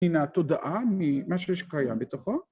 ‫הנה התודעה ממה שקיים בתוכו.